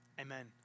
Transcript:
amen